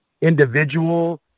individual